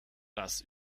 das